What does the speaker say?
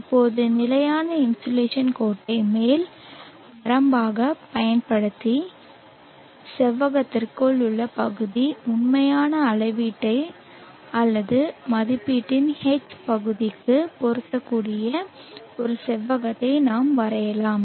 இப்போது நிலையான இன்சோலேஷன் கோட்டை மேல் வரம்பாகப் பயன்படுத்தி செவ்வகத்திற்குள் உள்ள பகுதி உண்மையான அளவீட்டு அல்லது மதிப்பீட்டின் H பகுதிக்கு பொருந்தக்கூடிய ஒரு செவ்வகத்தை நாம் வரையலாம்